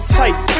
tight